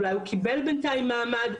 אולי הוא קיבל בינתיים מעמד,